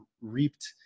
reaped